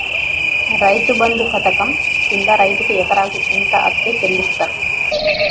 రైతు బంధు పథకం కింద రైతుకు ఎకరాకు ఎంత అత్తే చెల్లిస్తరు?